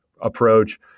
approach